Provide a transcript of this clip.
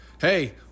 Hey